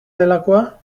delakoa